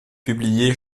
publié